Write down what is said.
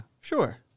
Sure